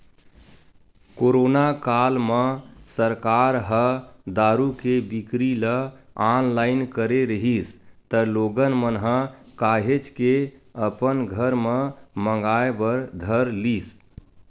corona काल म सरकार ह दारू के बिक्री ल ऑनलाइन करे रिहिस त लोगन मन ह काहेच के अपन घर म मंगाय बर धर लिस